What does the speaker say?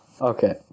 okay